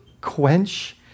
quench